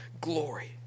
glory